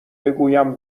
بگویم